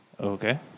Okay